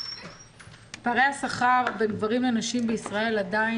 פערי השכר בין גברים לנשים בישראל עדיין